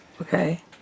Okay